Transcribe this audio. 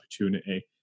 opportunity